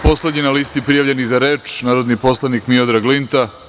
Poslednji na listi prijavljenih za reč je narodni poslanik Miodrag Linta.